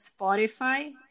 Spotify